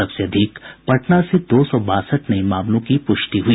सबसे अधिक पटना से दो सौ बासठ नये मामलों की प्रष्टि हुई